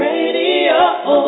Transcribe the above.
Radio